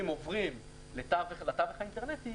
אם הם עוברים לתווך האינטרנטי,